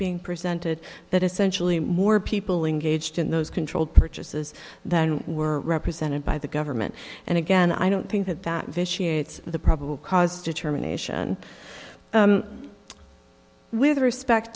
being presented that essentially more people engaged in those controlled purchases than were represented by the government and again i don't think that that vitiates the probable cause determination with respect